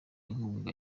inkunga